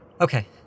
Okay